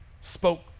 spoke